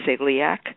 celiac